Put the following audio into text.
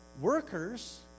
workers